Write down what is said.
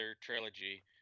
trilogy